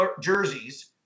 jerseys